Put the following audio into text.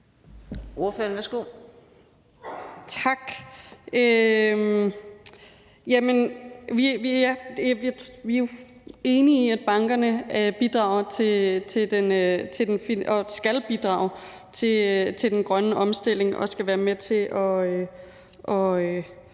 Vi er jo enige i, at bankerne bidrager og skal bidrage til den grønne omstilling og skal være med til at